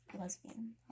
lesbian